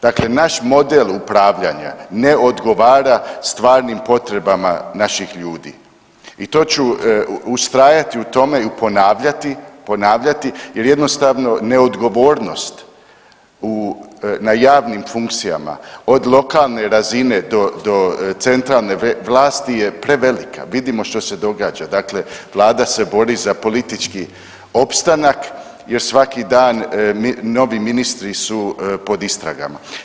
Dakle, naš model upravljanja ne odgovara stvarnim potrebama naših ljudi i to ću ustrajati u tome i ponavljati, ponavljati jer jednostavno neodgovornost na javnim funkcijama od lokalne razine do, do centralne vlasti je prevelika, vidimo što se događa, dakle vlada se bori za politički opstanak jer svaki dan novi ministri su pod istragama.